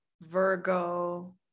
Virgo